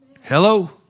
Hello